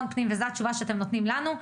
פנים וזו התשובה שאתם נותנים לנו,